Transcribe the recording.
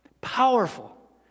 Powerful